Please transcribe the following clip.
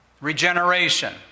Regeneration